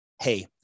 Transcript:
hey